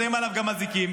שמים עליו גם אזיקים.